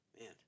Man